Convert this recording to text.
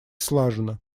слаженно